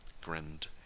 grinned